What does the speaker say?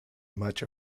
much